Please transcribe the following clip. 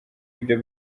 ibyo